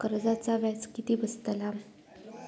कर्जाचा व्याज किती बसतला?